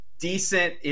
decent